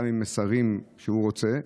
גם עם מסרים שהוא רוצה,